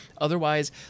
Otherwise